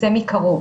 זה מקרוב.